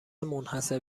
منحصر